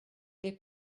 des